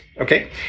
okay